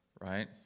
right